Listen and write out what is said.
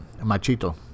Machito